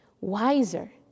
wiser